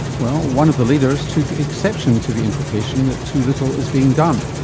well one of the leaders took exception to the implication that too little is being done.